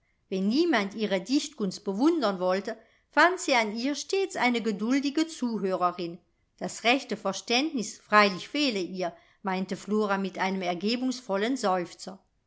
wenn niemand ihre dichtkunst bewundern wollte fand sie an ihr stets eine geduldige zuhörerin das rechte verständnis freilich fehle ihr meinte flora mit einem ergebungsvollen seufzer